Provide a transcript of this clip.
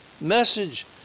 message